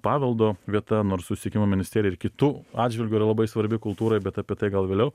paveldo vieta nors susiekimo ministerija ir kitų atžvilgiu yra labai svarbi kultūrai bet apie tai gal vėliau